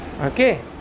Okay